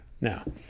Now